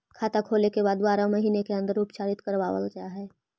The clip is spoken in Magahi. खाता खोले के बाद बारह महिने के अंदर उपचारित करवावल जा है?